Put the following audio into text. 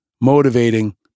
motivating